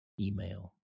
email